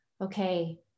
okay